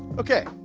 okay.